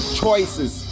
choices